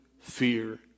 fear